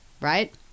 Right